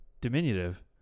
diminutive